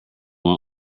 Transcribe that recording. want